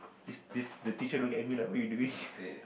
it's this the teacher look at me like what you doing